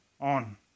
on